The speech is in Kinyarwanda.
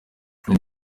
king